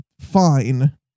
fine